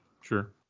Sure